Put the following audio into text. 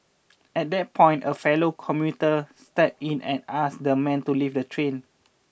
at that point a fellow commuter steps in and ask the man to leave the train